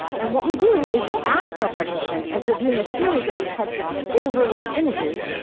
and what we do is we ask our participants as they're viewing a series of these types of overlaid images,